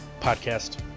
podcast